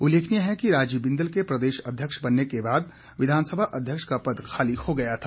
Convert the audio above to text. उल्लेखनीय है कि राजीव बिंदल के प्रदेश अध्यक्ष बनने के बाद विधानसभा अध्यक्ष का पद खाली हो गया था